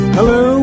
Hello